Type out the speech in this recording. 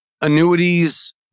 annuities